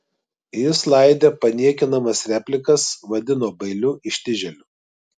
jis laidė paniekinamas replikas vadino bailiu ištižėliu